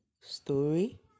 story